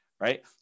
Right